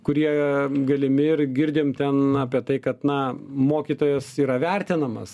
kurie galimi ir girdim ten apie tai kad na mokytojas yra vertinamas